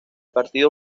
partido